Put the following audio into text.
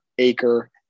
acre